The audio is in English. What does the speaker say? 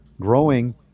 growing